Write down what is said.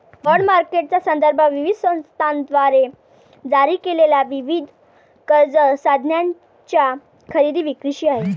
bond मार्केटचा संदर्भ विविध संस्थांद्वारे जारी केलेल्या विविध कर्ज साधनांच्या खरेदी विक्रीशी आहे